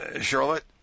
Charlotte